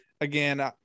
again